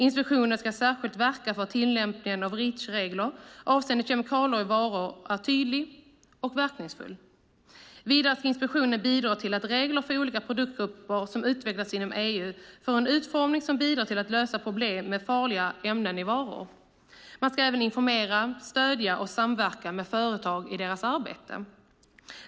Inspektionen ska särskilt verka för att tillämpningen av Reachregler avseende kemikalier i varor är tydlig och verkningsfull. Vidare ska inspektionen bidra till att regler för olika produktgrupper som utvecklas inom EU får en utformning som bidrar till att lösa problem med farliga ämnen i varor. Man ska även informera, stödja och samverka med företag i deras arbete.